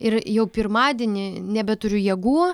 ir jau pirmadienį nebeturiu jėgų